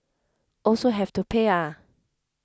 also have to pay ah